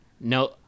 no